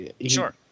sure